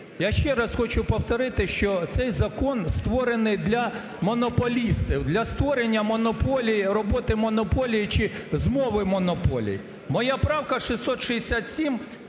Я ще раз хочу повторити, що цей закон створений для монополістів, для створення монополії, роботи монополії чи змови монополії. Моя правка 667